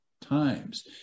times